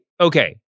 okay